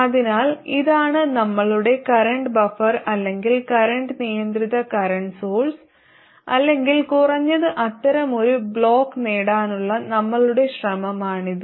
അതിനാൽ ഇതാണ് നമ്മളുടെ കറന്റ് ബഫർ അല്ലെങ്കിൽ കറന്റ് നിയന്ത്രിത കറന്റ് സോഴ്സ് അല്ലെങ്കിൽ കുറഞ്ഞത് അത്തരമൊരു ബ്ലോക്ക് നേടാനുള്ള നമ്മളുടെ ശ്രമമാണിത്